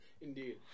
Indeed